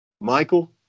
Michael